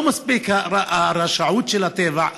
לא מספיק הרשעות של הטבע,